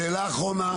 שאלה אחרונה.